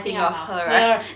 think of her right